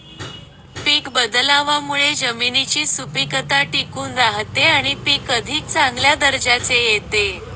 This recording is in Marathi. पीक बदलावामुळे जमिनीची सुपीकता टिकून राहते आणि पीक अधिक चांगल्या दर्जाचे येते